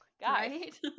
Guys